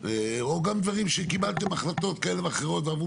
או גם דברים שקיבלתם החלטות כאלה ואחרות ועברו